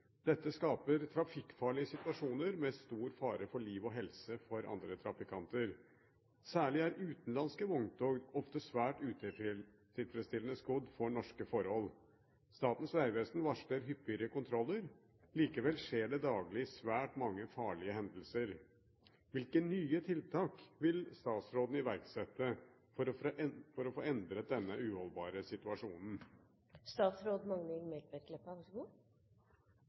Dette skaper trafikkfarlige situasjoner med stor fare for liv og helse for andre trafikanter. Særlig er utenlandske vogntog ofte svært utilfredsstillende skodd for norske forhold. Statens vegvesen varsler hyppigere kontroller, likevel skjer det daglig svært mange farlige hendelser. Hvilke nye tiltak vil statsråden iverksette for å få endret denne uholdbare